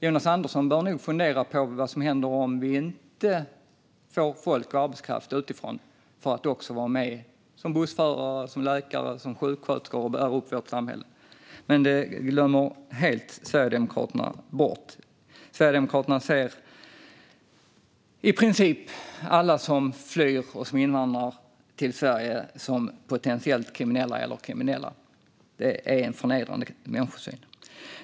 Jonas Andersson bör nog fundera på vad som händer om vi inte får folk och arbetskraft utifrån som också är med och bär upp vårt samhälle, som bussförare, läkare och sjuksköterskor. Detta glömmer Sverigedemokraterna helt bort. Sverigedemokraterna ser i princip alla som flyr och som invandrar till Sverige som potentiellt kriminella eller kriminella. Det är en förnedrande människosyn.